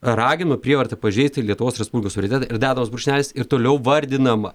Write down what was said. ragino prievarta pažeisti lietuvos respublikos suverenitetą ir dedamas brūkšnelis ir toliau vardinama